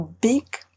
big